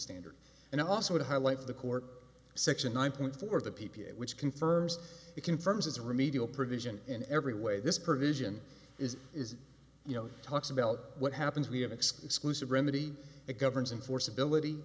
standard and also it highlights the court section nine point four the p p a which confirms it confirms as a remedial provision in every way this provision is is you know talks about what happens we have exclusive remedy it governs in force ability